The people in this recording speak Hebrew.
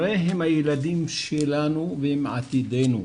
הרי הם הילדים שלנו והם עתידנו.